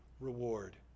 reward